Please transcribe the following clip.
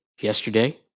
yesterday